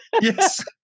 Yes